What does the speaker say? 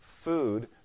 food